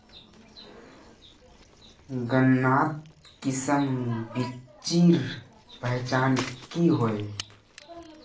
गन्नात किसम बिच्चिर पहचान की होय?